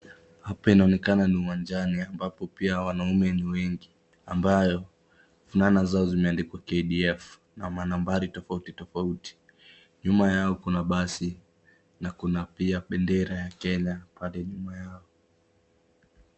Hapa inaonekana ni uwanjani ambapo pia wanaume ni wengi ambayo fulana zao zimeandikwa KDF na manambari tofauti tofauti, nyuma yao kuna basi na pia kuna bendera ya Kenya pale nyuma yao.